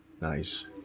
Nice